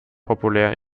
populär